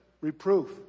Reproof